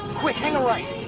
quick. hang a right.